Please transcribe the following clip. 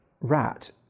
rat